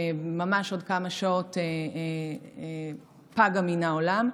שממש עוד כמה שעות פגה מן העולם,